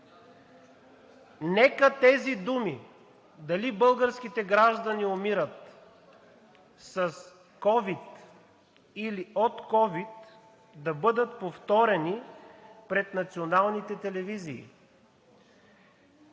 Нека тези думи дали българските граждани умират с ковид или от ковид да бъдат повторени пред националните телевизии.